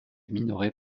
minorés